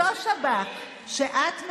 אותו שב"כ שאת,